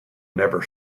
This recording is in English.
never